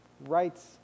rights